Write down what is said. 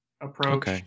approach